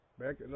back